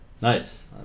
Nice